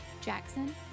Jackson